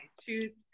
choose